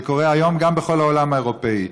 וזה קורה היום גם בכל העולם האירופי.